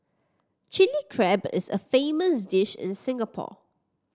Chilli Crab is a famous dish in Singapore